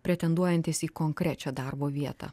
pretenduojantys į konkrečią darbo vietą